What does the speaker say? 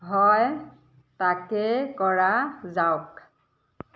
হয় তাকেই কৰা যাওঁক